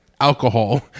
Alcohol